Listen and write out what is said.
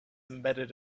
embedded